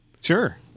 sure